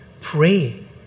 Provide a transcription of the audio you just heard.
Pray